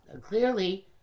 clearly